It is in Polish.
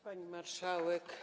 Pani Marszałek!